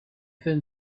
thin